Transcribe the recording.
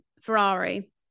Ferrari